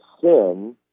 sin